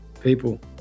People